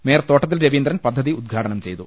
mayor Thottathil Raveendran പദ്ധതി ഉദ്ഘാടനം ചെയ്തു